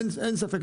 אין ספק.